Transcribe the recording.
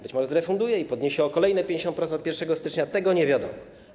Być może zrefunduje i podniesie o kolejne 50% od 1 stycznia, tego nie wiadomo.